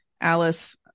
Alice